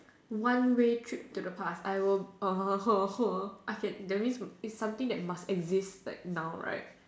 one way trip to the past I will uh !huh! !huh! !huh! I can the rinse is something must exist like now right